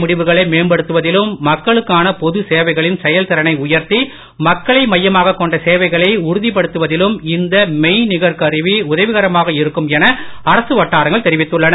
முடிவுகளை மேம்படுத்துவதிலும் மக்களுக்கான பொது சேவைகளின் செயல் திறனை உயர்த்தி மக்களை மையமாக சேவைகளை உறுதிப்படுத்துவதிலும் இந்த மெய்நிகர் கருவி உதவிகரமாக இருக்கும் என அரசு வட்டாரங்கள் தெரிவித்துள்ளன